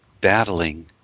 battling